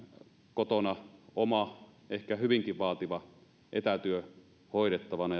kotona oma ehkä hyvinkin vaativa etätyö hoidettavana